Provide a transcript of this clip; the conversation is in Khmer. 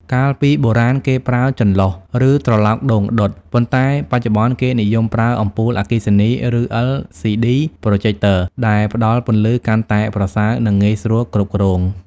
កាលពីបុរាណគេប្រើចន្លុះ ឬត្រឡោកដូងដុត ប៉ុន្តែបច្ចុប្បន្នគេនិយមប្រើអំពូលអគ្គិសនី ឬ LCD Projector ដែលផ្តល់ពន្លឺកាន់តែប្រសើរ និងងាយស្រួលគ្រប់គ្រង។